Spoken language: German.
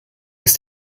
ist